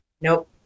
Nope